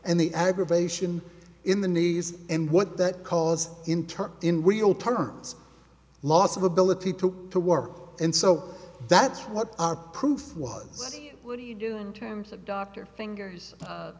and the aggravation in the knees and what that cause inter in real terms loss of ability to to work and so that's what proof was what do you do in terms of doctor fingers